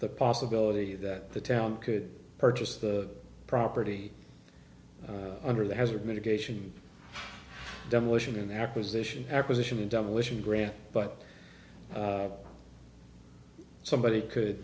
the possibility that the town could purchase the property under the hazard mitigation demolition acquisition acquisition in demolition grant but somebody could